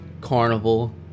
carnival